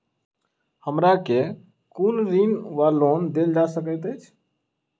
हमरा केँ कुन ऋण वा लोन देल जा सकैत अछि?